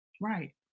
Right